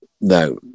no